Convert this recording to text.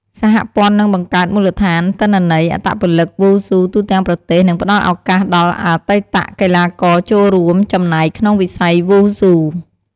សហព័ន្ធនឹងបង្កើតមូលដ្ឋានទិន្នន័យអត្តពលិកវ៉ូស៊ូទូទាំងប្រទេសនឹងផ្ដល់ឱកាសដល់អតីតកីឡាករចូលរួមចំណែកក្នុងវិស័យវ៉ូស៊ូ។